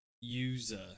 User